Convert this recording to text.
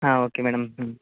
ಹಾಂ okay madam ಹ್ಞೂ